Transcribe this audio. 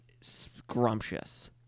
scrumptious